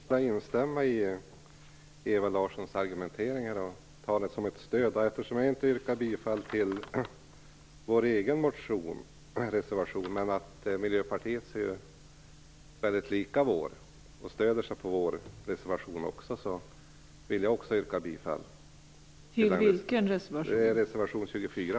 Fru talman! Jag vill bara instämma i Eva Larssons argumentering och ta det som ett stöd. Jag yrkade ju inte bifall till vår egen reservation, men Miljöpartiets är ju mycket lik vår och stöder sig på vår reservation. Jag vill därför också yrka bifall till reservation 24.